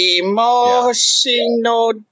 Emotional